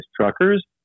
truckers